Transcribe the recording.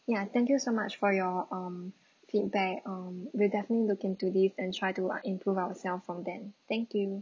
ya thank you so much for your um feedback um we'll definitely look into this and try to improve ourselves from then thank you